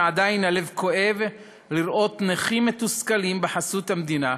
ועדיין הלב כואב לראות נכים מתוסכלים בחסות המדינה,